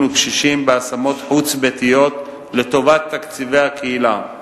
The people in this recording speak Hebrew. וקשישים בהשמות חוץ-ביתיות לטובת תקציבי הקהילה.